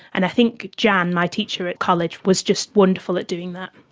and i think jan, my teacher at college, was just wonderful at doing that.